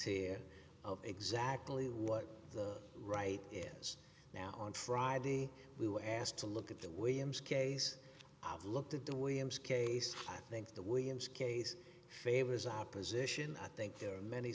here of exactly what the right is now on friday we were asked to look at the williams case i've looked at the williams case i think the williams case favors opposition i think there are many